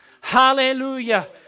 hallelujah